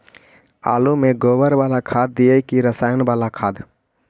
आलु में गोबर बाला खाद दियै कि रसायन बाला खाद?